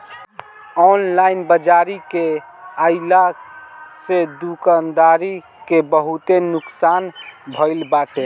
online बाजारी के आइला से दुकानदारी के बहुते नुकसान भईल बाटे